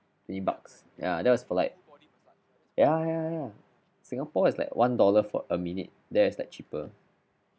three bucks ya that was for like ya ya ya singapore is like one dollar for a minute there is like cheaper